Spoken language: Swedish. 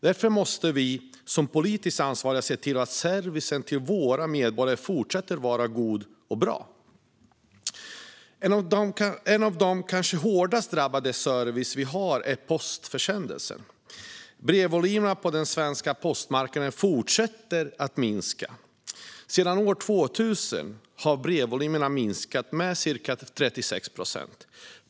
Därför måste vi som politiskt ansvariga se till att servicen till våra medborgare fortsätter att vara god. Ett av de kanske hårdast drabbade serviceområden vi har är postförsändelser. Brevvolymerna på den svenska postmarknaden fortsätter att minska. Sedan år 2000 har brevvolymerna minskat med ca 36 procent.